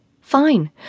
Fine